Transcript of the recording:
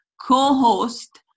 co-host